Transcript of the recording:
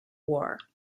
war